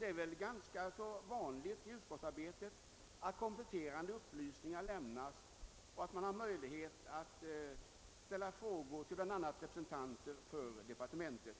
Det är ganska vanligt i utskottsarbetet att kompletterande upplysningar lämnas och att man har möjlighet att ställa frågor bl.a. till representanter för departementet.